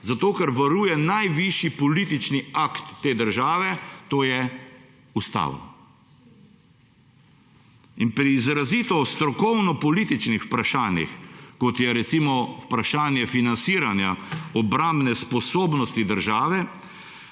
Zato ker varuje najvišji politični akt te države, to pa je ustava. Pri izrazito strokovno političnih vprašanjih, kot je recimo vprašanje financiranja obrambne sposobnosti države,